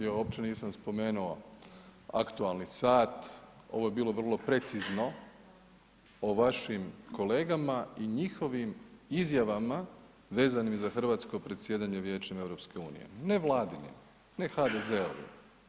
Ja uopće nisam spomenuo aktualni sat, ovo je bilo vrlo precizno o vašim kolegama i njihovim izjavama vezano za hrvatsko predsjedanje vijećem EU, ne Vladinim, ne HDZ-ovim.